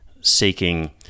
seeking